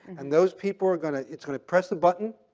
and those people are gonna it's going to press the button.